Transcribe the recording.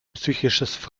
psychisches